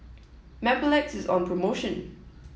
Mepilex is on promotion